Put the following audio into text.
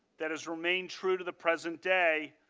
that has remained true to the present day,